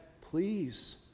please